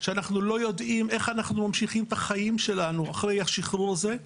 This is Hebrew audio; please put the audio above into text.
שאנחנו לא יודעים איך אנחנו ממשיכים את החיים שלנו אחרי השחרור הזה,